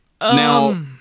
Now